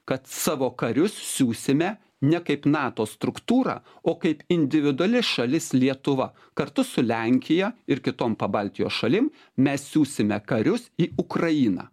kad savo karius siųsime ne kaip nato struktūrą o kaip individuali šalis lietuva kartu su lenkija ir kitom pabaltijos šalim mes siųsime karius į ukrainą